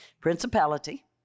principality